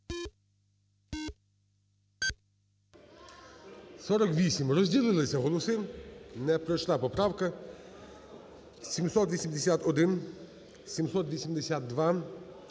За-48 Розділилися голоси. Не пройшла поправка. 781. 782.